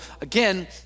again